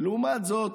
ולעומת זאת,